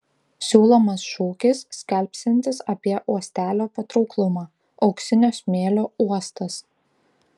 siūlomas šūkis skelbsiantis apie uostelio patrauklumą auksinio smėlio uostas